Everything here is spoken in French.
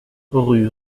rue